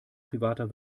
privater